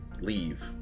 leave